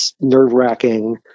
nerve-wracking